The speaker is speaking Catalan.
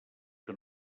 que